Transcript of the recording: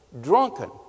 Drunken